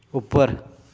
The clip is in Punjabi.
ਉੱਪਰ